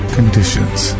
Conditions